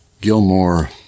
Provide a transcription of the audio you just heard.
Gilmore